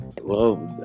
Whoa